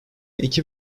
iki